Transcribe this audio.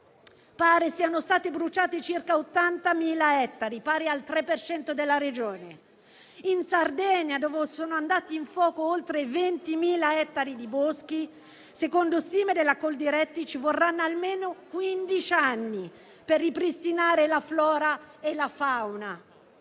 pare siano stati bruciati circa 80.000 ettari, pari al 3 per cento della Regione. In Sardegna, dove sono andati a fuoco oltre 20.000 ettari di boschi, secondo stime della Coldiretti ci vorranno almeno quindici anni per ripristinare la flora e la fauna.